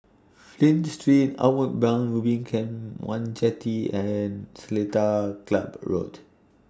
Flint Street Outward Bound Ubin Camp one Jetty and Seletar Club Road